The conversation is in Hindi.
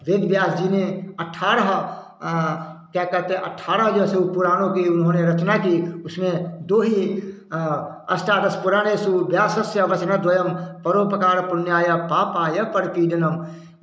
वेद व्यास जी ने अठारह क्या कहते हैं अठारह जैसे पुराणों की उन्होंने रचना की उसमें दो ही अष्टादश पुराणेषु व्यासस्य वचनद्वयं परोपकार पुण्याय पापाय परपीडनम्